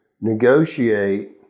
negotiate